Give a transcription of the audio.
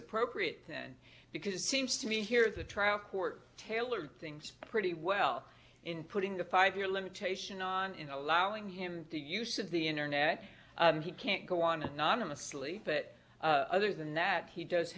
appropriate because it seems to me here the trial court tailored things pretty well in putting a five year limitation on in allowing him to use of the internet he can't go on a non asli but other than that he does